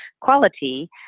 quality